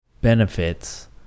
benefits